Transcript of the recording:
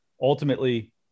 ultimately